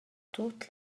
tut